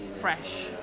fresh